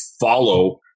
follow